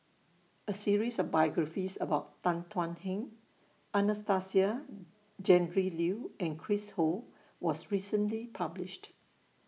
A series of biographies about Tan Thuan Heng Anastasia Tjendri Liew and Chris Ho was recently published